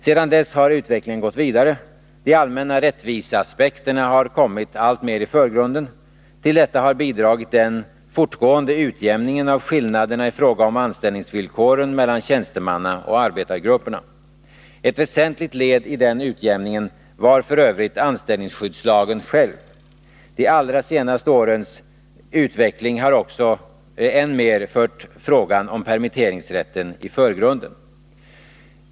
Sedan dess har utvecklingen gått vidare. De allmänna rättviseaspekterna har kommit alltmer i förgrunden. Till detta har bidragit den fortgående utjämningen av skillnaderna i fråga om anställningsvillkoren mellan tjänstemannaoch arbetargrupperna. Ett väsentligt led i den utjämningen var f. ö. anställningsskyddslagen själv. De allra senaste årens utveckling har också än mer fört frågan om permitteringsrätten i förgrunden.